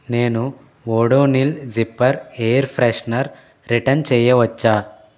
నేను Odonil zipper air freshener return చేయవచ్చా